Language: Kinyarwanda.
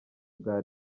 bwa